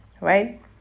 right